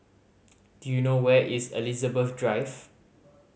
do you know where is Elizabeth Drive